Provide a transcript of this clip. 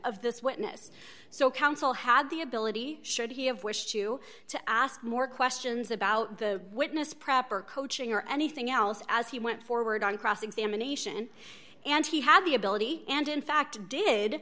of this witness so counsel had the ability should he have wished you to ask more questions about the witness proper coaching or anything else as he went forward on cross examination and he had the ability and in fact did